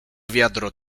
wiadro